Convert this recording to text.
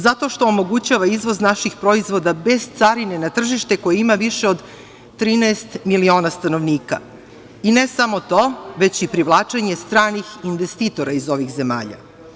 Zato što omogućava izvoz naših proizvoda bez carine na tržište koje ima više od 13 miliona stanovnika, i ne samo to, već i privlačenje stranih investitora iz ovih zemalja.